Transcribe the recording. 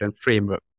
framework